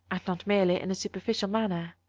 and not merely in a superficial manner.